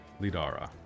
Lidara